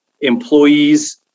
employees